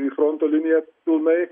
į fronto liniją pilnai